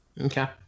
Okay